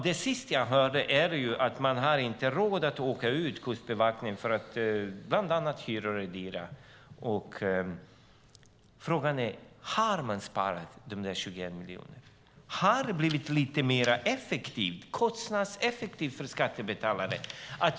Det sista jag hört är att Kustbevakningen inte har råd att åka ut, bland annat för att hyrorna är för höga. Frågan är: Har man sparat de där 21 miljonerna? Har det blivit lite mer kostnadseffektivt för skattebetalarna?